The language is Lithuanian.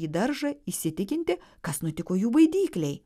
į daržą įsitikinti kas nutiko jų baidyklei